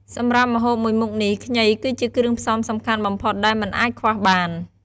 សម្រាប់ម្ហូបមួយមុខនេះ ខ្ញីគឺជាគ្រឿងផ្សំសំខាន់បំផុតដែលមិនអាចខ្វះបាន។